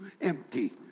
empty